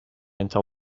until